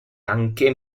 anche